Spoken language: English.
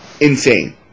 insane